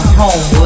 home